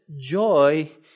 joy